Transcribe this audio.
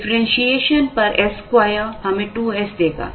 differentiation पर s2 हमें 2s देगा